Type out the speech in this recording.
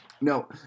No